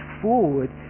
forward